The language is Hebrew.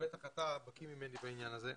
בטח אתה בקי ממני בעניין הזה,